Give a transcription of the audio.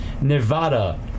Nevada